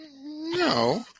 No